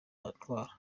ndwara